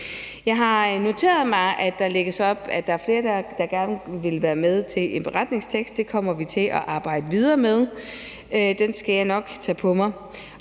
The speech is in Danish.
Jeg har noteret mig, at flere gerne vil være med til en beretningstekst. Det kommer vi til at arbejde videre med. Den skal jeg nok tage på mig,